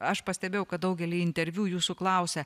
aš pastebėjau kad daugely interviu jūsų klausia